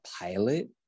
pilot